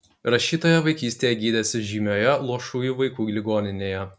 rašytoja vaikystėje gydėsi žymioje luošųjų vaikų ligoninėje